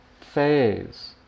phase